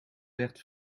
werd